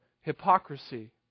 hypocrisy